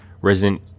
Resident